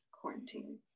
quarantine